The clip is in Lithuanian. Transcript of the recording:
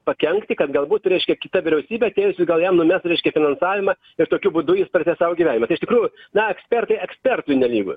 pakenkti kad galbūt reiškia kita vyriausybė atėjusi gal jam numes reiškia finansavimą ir tokiu būdu jis pradės sau gyvenimą tai iš tikrųjų na ekspertai ekspertui nelygu